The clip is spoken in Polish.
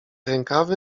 rękawy